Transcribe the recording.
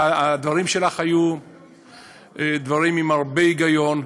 הדברים שלך היו דברים עם הרבה היגיון,